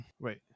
Wait